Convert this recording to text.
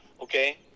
okay